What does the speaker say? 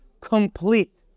complete